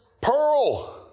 pearl